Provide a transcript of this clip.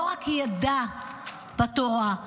לא רק ידע בתורה,